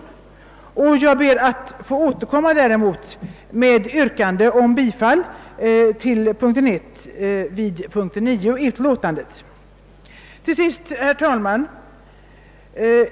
Däremot ber jag, herr talman, att beträffande punkten 9 i utlåtandet få yrka bifall till våra motioner I:4 och II: 7 under mom. I.